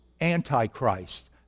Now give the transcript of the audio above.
Antichrist